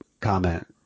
comment